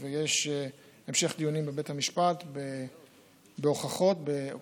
ויש המשך דיונים בהוכחות בבית המשפט